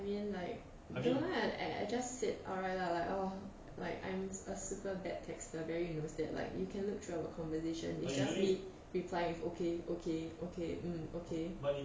I mean like I I just said R_I lah like orh like I'm a super bad texter barry knows that like you can look through our conversation is just me replying with okay okay okay um okay